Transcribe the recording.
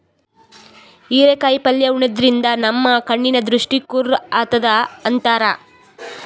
ಹಿರೇಕಾಯಿ ಪಲ್ಯ ಉಣಾದ್ರಿನ್ದ ನಮ್ ಕಣ್ಣಿನ್ ದೃಷ್ಟಿ ಖುರ್ ಆತದ್ ಅಂತಾರ್